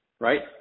right